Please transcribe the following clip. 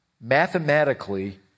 Mathematically